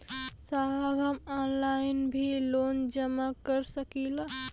साहब हम ऑनलाइन भी लोन जमा कर सकीला?